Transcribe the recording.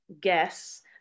guess